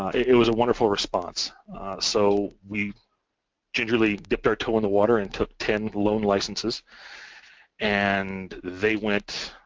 it was a wonderful response so we gingerly dipped our toe in the water and took ten loan licences and they went